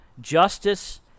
Justice